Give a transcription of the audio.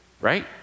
right